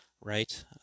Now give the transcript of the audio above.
Right